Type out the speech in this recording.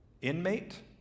inmate